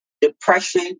depression